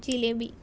jalebi